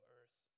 earth